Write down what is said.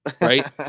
Right